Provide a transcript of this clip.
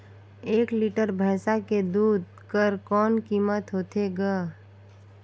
एक लीटर भैंसा के दूध कर कौन कीमत होथे ग?